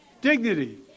dignity